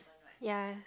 ya